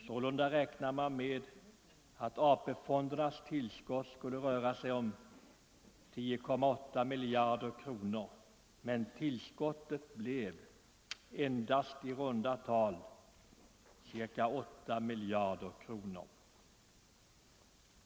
Sålunda räknade man med att detta tillskott skulle röra sig om 10,8 miljarder kronor, men det blev i runda tal endast 8 miljarder kronor.